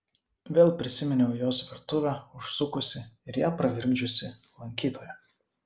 vėl prisiminiau į jos virtuvę užsukusį ir ją pravirkdžiusį lankytoją